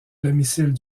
domicile